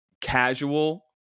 casual